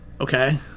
Okay